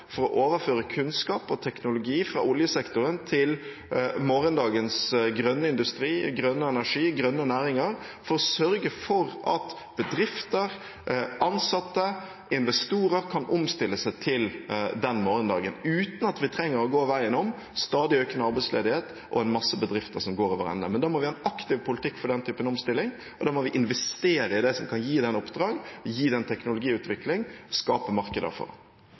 for å overføre kunnskap og teknologi fra oljesektoren til morgendagens grønne industri, grønne energi og grønne næringer, for å sørge for at bedrifter, ansatte og investorer kan omstille seg til den morgendagen, uten at vi trenger å gå veien om stadig økende arbeidsledighet og mange bedrifter som går over ende. Men da må vi ha en aktiv politikk for den typen omstilling, og da må vi investere i det som kan gi den oppdrag, gi den teknologiutvikling og skape markeder for. En god skole skal gi muligheter for